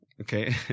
Okay